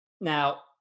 Now